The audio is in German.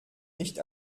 nicht